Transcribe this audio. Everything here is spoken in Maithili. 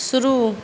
शुरू